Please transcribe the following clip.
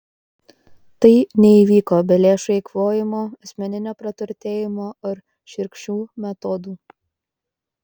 tai neįvyko be lėšų eikvojimo asmeninio praturtėjimo ar šiurkščių metodų